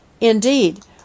Indeed